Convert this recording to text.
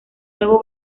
nuevo